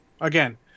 again